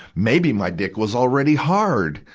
maybe my dick was already hard.